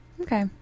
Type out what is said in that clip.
Okay